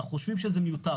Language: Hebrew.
אנחנו חושבים שזה מיותר.